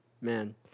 man